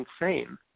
insane